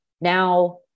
Now